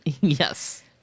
Yes